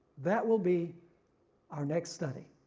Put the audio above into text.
that will be our next study.